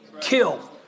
kill